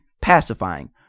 pacifying